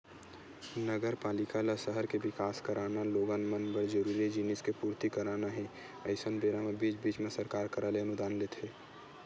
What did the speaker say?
नगरपालिका ल सहर के बिकास कराना लोगन मन बर जरूरी जिनिस के पूरति कराना हे अइसन बेरा म बीच बीच म सरकार करा ले अनुदान लेथे